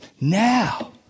Now